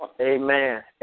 Amen